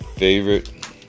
Favorite